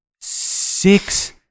Six